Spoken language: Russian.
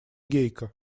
гейка